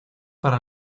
para